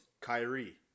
Kyrie